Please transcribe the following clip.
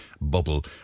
bubble